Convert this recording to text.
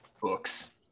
books